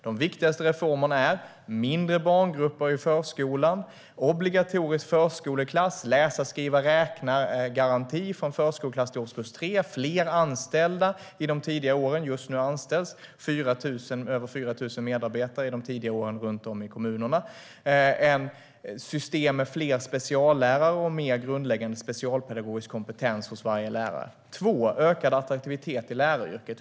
De viktigaste reformerna är: mindre barngrupper i förskolan, obligatorisk förskoleklass, läsa-skriva-räkna-garanti från förskoleklass till årskurs 3, fler anställda i de tidigare åren - just nu anställs över 4 000 medarbetare för de tidiga åren ute i kommunerna - system med fler speciallärare och mer grundläggande specialpedagogisk kompetens hos alla lärare. Det andra är ökad attraktivitet hos läraryrket.